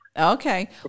Okay